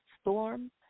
Storm